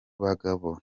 bagabo